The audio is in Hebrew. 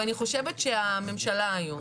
אני חושבת שהממשלה היום,